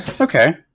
Okay